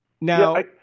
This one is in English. now